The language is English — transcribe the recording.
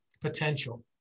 potential